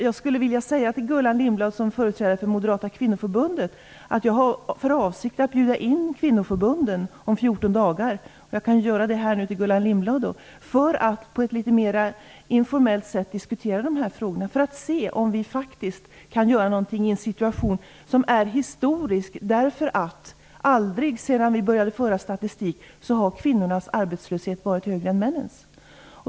Jag skulle vilja säga till Gullan Lindblad som företrädare för Moderata Kvinnoförbundet att jag har för avsikt att om 14 dagar bjuda in kvinnoförbunden - och jag kan nu bjuda in Gullan Lindblad - för att på ett mera informellt sätt diskutera de här frågorna och för att se om vi faktiskt kan göra någonting i en situation som är historisk, eftersom kvinnornas arbetslöshet aldrig sedan vi började föra statistik har varit högre än männens.